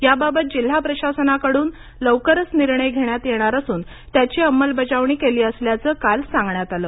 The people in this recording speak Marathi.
याबाबत जिल्हा प्रशासनाकडून लवकरच निर्णय घेण्यात येणार असून त्याची अंमलबजावणी केली जाणार असल्याचं काल सांगण्यात आलं